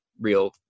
real